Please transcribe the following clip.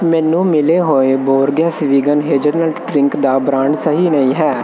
ਮੈਨੂੰ ਮਿਲੇ ਹੋਏ ਬੋਰਗੇਸ ਵੇਗਨ ਹੇਜ਼ਲਨਟ ਡਰਿੰਕ ਦਾ ਬ੍ਰਾਂਡ ਸਹੀ ਨਹੀਂ ਹੈ